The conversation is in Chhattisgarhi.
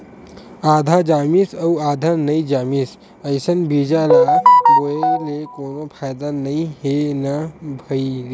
आधा जामिस अउ आधा नइ जामिस अइसन बीजा ल बोए ले कोनो फायदा नइ हे न भईर